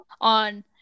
on